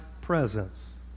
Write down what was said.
presence